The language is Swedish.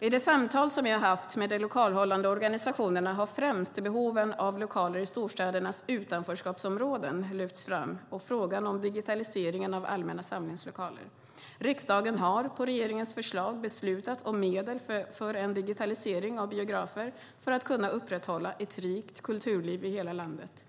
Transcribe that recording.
I de samtal som jag har haft med de lokalhållande organisationerna har främst behoven av lokaler i storstädernas utanförskapsområden lyfts fram och frågan om digitaliseringen av allmänna samlingslokaler. Riksdagen har på regeringens förslag beslutat om medel för en digitalisering av biografer för att kunna upprätthålla ett rikt kulturliv i hela landet.